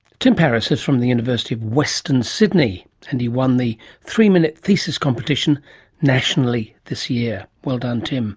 tim paris is from the university of western sydney, and he won the three-minute thesis competition nationally this year. well done tim